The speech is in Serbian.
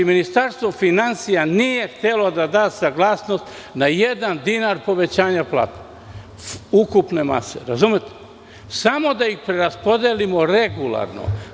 Ministarstvo finansija nije htelo da da saglasnost na jedan dinar povećanja plata ukupne mase, samo da ih preraspodelimo regularno.